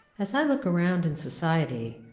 as i look around in society,